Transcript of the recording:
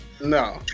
No